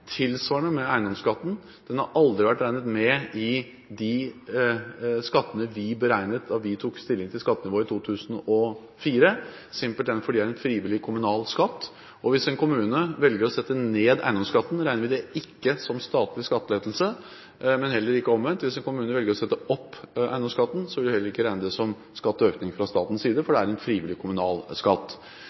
Tilsvarende gjelder eiendomsskatten. Den har aldri vært regnet med i de skattene vi beregnet da vi tok stilling til skattenivået i 2004, simpelthen fordi det er en frivillig kommunal skatt. Hvis en kommune velger å sette ned eiendomsskatten, regner vi det ikke som statlig skattelettelse. Men heller ikke omvendt: Hvis en kommune velger å sette opp eiendomsskatten, vil vi heller ikke regne det som skatteøkning fra statens side, for det er en frivillig kommunal skatt.